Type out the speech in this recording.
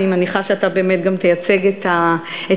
אני מניחה שאתה גם באמת תייצג את האזור.